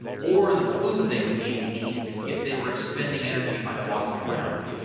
or the food they would need to eat if they were expending energy by walking around.